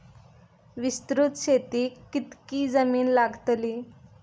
विस्तृत शेतीक कितकी जमीन लागतली?